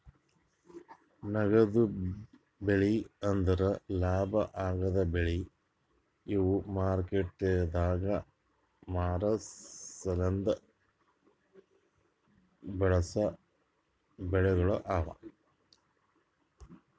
ನಗದು ಬೆಳಿ ಅಂದುರ್ ಲಾಭ ಆಗದ್ ಬೆಳಿ ಇವು ಮಾರ್ಕೆಟದಾಗ್ ಮಾರ ಸಲೆಂದ್ ಬೆಳಸಾ ಬೆಳಿಗೊಳ್ ಅವಾ